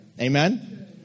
Amen